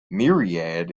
myriad